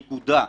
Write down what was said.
נקודה.